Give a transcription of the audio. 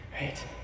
Right